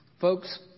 Folks